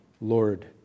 Lord